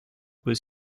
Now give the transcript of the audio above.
was